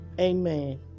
Amen